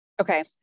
Okay